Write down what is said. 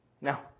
Now